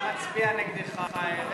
חבר הכנסת חזן,